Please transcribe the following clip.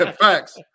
Facts